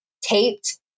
taped